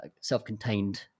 self-contained